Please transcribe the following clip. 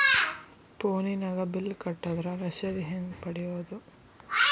ಫೋನಿನಾಗ ಬಿಲ್ ಕಟ್ಟದ್ರ ರಶೇದಿ ಹೆಂಗ್ ಪಡೆಯೋದು?